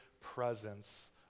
presence